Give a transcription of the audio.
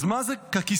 אז מה זה קקיסטוקרטיה?